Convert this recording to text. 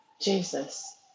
Jesus